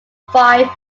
five